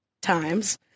times